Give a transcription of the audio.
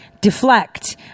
deflect